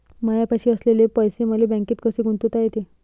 मायापाशी असलेले पैसे मले बँकेत कसे गुंतोता येते?